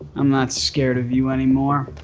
i'm not scared of you anymore.